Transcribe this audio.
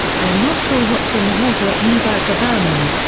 i am not sure what's in the water at neuberger berman.